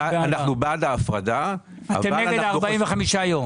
אתם נגד ה-45 ימים.